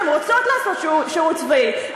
הן רוצות לעשות שירות צבאי,